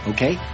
Okay